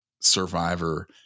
survivor